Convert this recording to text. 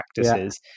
practices